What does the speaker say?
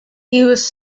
was